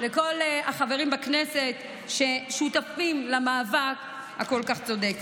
לכל החברים בכנסת ששותפים למאבק הכל-כך צודק.